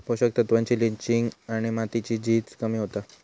पोषक तत्त्वांची लिंचिंग आणि मातीची झीज कमी होता